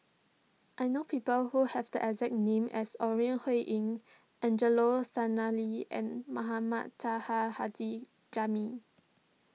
I know people who have the exact name as Ore Huiying Angelo Sanelli and Mohamed Taha Haji Jamil